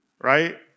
right